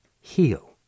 heal